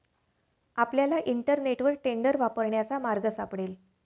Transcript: आपल्याला इंटरनेटवर टेंडर वापरण्याचा मार्ग सापडेल